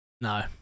No